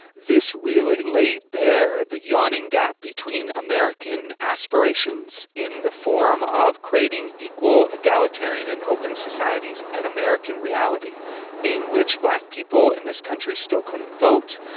this really laid bare the yawning gap between american aspirations in the form of creating equal egalitarian and open societies and american reality in which black people in this country still couldn't vote,